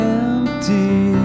empty